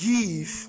give